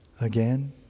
again